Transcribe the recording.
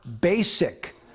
basic